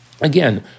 Again